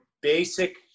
basic